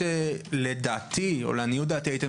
אתם נדרשים לפי החוק